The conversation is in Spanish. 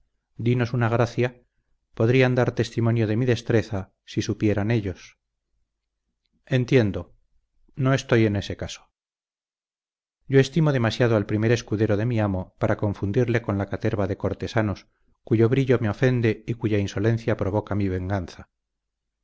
dinos una gracia podrían dar testimonio de mi destreza si supieran ellos entiendo no estoy en ese caso yo estimo demasiado al primer escudero de mi amo para confundirle con la caterva de cortesanos cuyo brillo me ofende y cuya insolencia provoca mi venganza